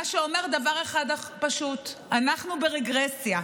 מה שאומר דבר אחד פשוט: אנחנו ברגרסיה.